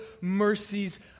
mercies